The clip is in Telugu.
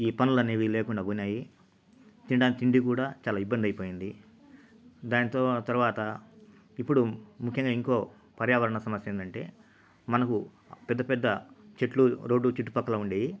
ఈ పనులు అనేవి లేకుండా పోయినాయి తినడానికి తిండి కూడా చాలా ఇబ్బంది అయిపోయింది దానితో తర్వాత ఇప్పుడు ముఖ్యంగా ఇంకో పర్యావరణ సమస్య ఏంటంటే మనకు పెద్ద పెద్ద చెట్లు రోడ్లు చుట్టుపక్కల ఉండేవి